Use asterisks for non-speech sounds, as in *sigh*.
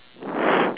*breath*